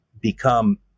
become